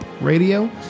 Radio